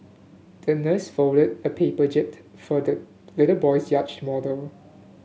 the nurse folded a paper jib for the little boy's yacht model